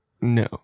No